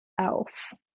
else